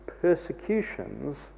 persecutions